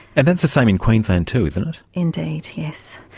and that's the same in queensland too, isn't it. indeed, yes.